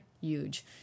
huge